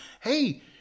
Hey